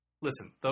listen